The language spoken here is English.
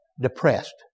depressed